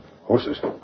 Horses